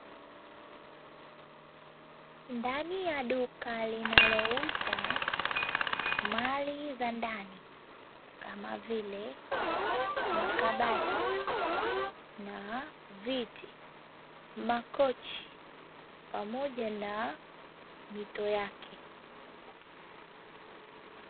Ndani ya duka linalouza mali za ndani kama vile: makabati, na viti, makochi pamoja na mito yake.